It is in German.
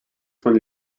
von